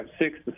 six